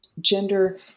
gender